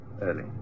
early